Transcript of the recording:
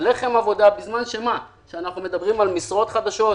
של לחם עבודה בזמן שאנחנו מדברים על משרות חדשות?